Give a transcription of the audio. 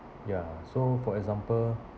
ya so for example